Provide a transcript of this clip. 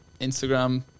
Instagram